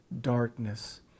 darkness